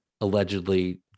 allegedly